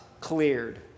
cleared